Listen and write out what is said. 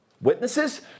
witnesses